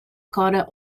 cotta